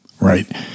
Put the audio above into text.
right